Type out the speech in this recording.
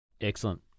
Excellent